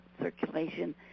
circulation